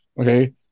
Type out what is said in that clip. okay